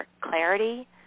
clarity